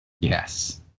yes